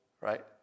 Right